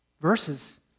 verses